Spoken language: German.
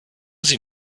sie